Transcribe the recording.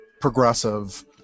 progressive